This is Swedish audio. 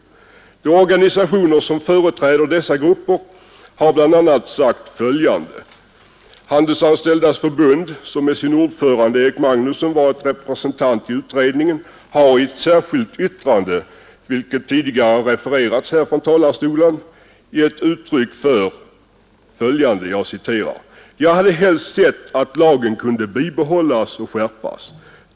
Bland de organisationer som yttrat sig är Handelsanställdas förbund genom sin ordförande Erik Magnusson som själv varit representant i utredningen. Han förklarar: ”Jag hade helst sett att lagen kunde bibehållas och skärpas.